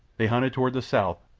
they hunted toward the south,